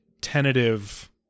tentative